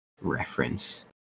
reference